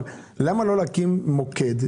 הוא פונה לקבלן,